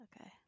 Okay